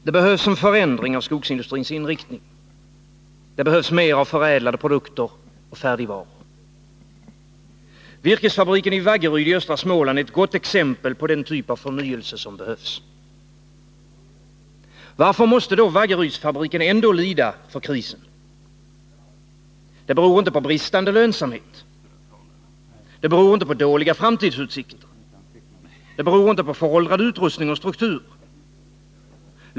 Herr talman! Det behövs en förändring av skogsindustrins inriktning. Det behövs mer av förädlade produkter och färdigvaror. Virkesfabriken i Vaggeryd i östra Småland är ett gott exempel på den typ av förnyelse som behövs. Varför måste då Vaggerydsfabriken ändå lida för krisen? Det beror inte på bristande lönsamhet. Det beror inte på dåliga framtidsutsikter. Det beror inte på föråldrad utrustning och struktur.